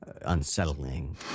unsettling